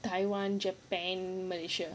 taiwan japan malaysia